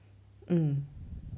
mm